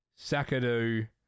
Sakadu